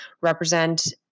represent